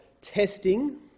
testing